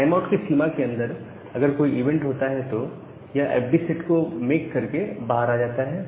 time out की सीमा के अंदर अगर कोई इवेंट होता है तो यह एफडी सेट को मेक करके बाहर आ जाता है